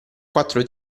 quattro